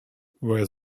were